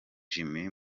jimmy